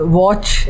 watch